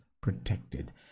protected